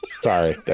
sorry